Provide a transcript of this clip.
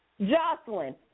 Jocelyn